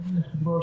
אדוני היושב-ראש,